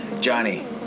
Johnny